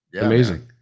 Amazing